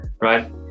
right